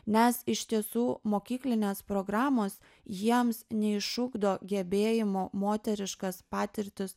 nes iš tiesų mokyklinės programos jiems neišugdo gebėjimo moteriškas patirtis